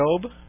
Job